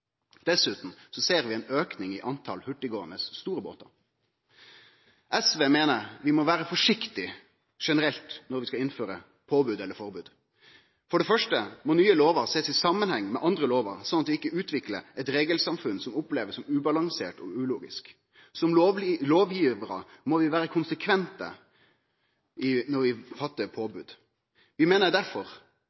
ser vi ein auke i talet på hurtiggåande, store båtar. SV meiner vi generelt må vere forsiktige når vi skal innføre påbod eller forbod. For det første må nye lovar sjåast i samanheng med andre lovar, slik at vi ikkje utviklar eit regelsamfunn som ein opplever som ubalansert og ulogisk. Som lovgjevarar må vi vere konsekvente når vi vedtar påbod. Vi meiner